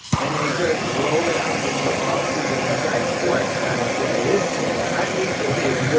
and they just rolled it out into the offices of inside sports. and i said, this is where i need to be.